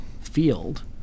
field